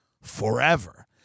forever